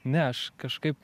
ne aš kažkaip